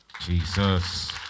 Jesus